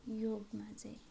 योगमा चाहिँ